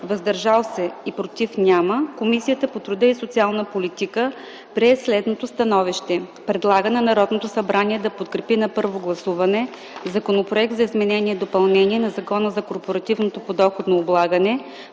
„въздържали се” и „против” няма, Комисията по труда и социалната политика прие следното становище: Предлага на Народното събрание да подкрепи на първо гласуване Законопроект за изменение и допълнение на Закона за корпоративното подоходно облагане,